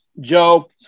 Joe